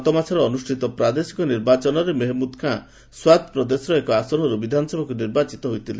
ଗତମାସରେ ଅନୁଷ୍ଠିତ ପ୍ରାଦେଶିକ ନିର୍ବାଚନରେ ମେହମୁଦ୍ ଖାଁ ସ୍ୱାତ୍ ପ୍ରଦେଶର ଏକ ଆସନରୁ ବିଧାନସଭାକୁ ନିର୍ବାଚିତ ହୋଇଥିଲେ